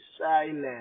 silent